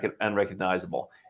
unrecognizable